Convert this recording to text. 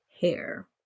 hair